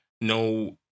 No